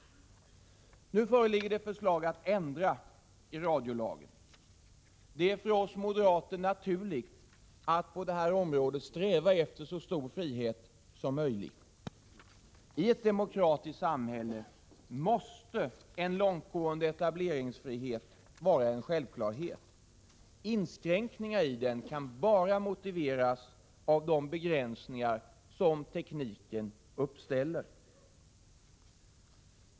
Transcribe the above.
Nu föreligger det ett förslag att ändra i radiolagen. Det är för oss moderater naturligt att på det här området sträva efter så stor frihet som möjligt. I ett demokratiskt samhälle måste en långtgående etableringsfrihet vara en självklarhet. Inskränkningar i den kan bara motiveras av de begränsningar som tekniken uppställer.